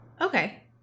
Okay